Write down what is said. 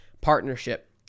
partnership